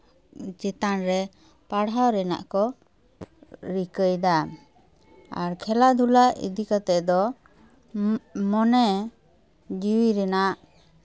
ᱪᱮᱛᱟᱱ ᱨᱮ ᱯᱟᱲᱦᱟᱣ ᱨᱮᱱᱟᱜ ᱠᱚ ᱨᱤᱠᱟᱹᱭ ᱫᱟ ᱟᱨ ᱠᱷᱮᱞᱟ ᱫᱷᱩᱞᱟ ᱤᱫᱤ ᱠᱟᱛᱮᱫ ᱫᱚ ᱢᱚᱱᱮ ᱡᱤᱣᱤ ᱨᱮᱱᱟᱜ